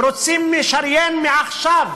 ורוצים לשריין מעכשיו